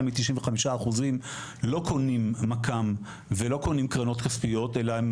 מ-95% לא קונים מק"מ ולא קונים קרנות כספיות אלא הם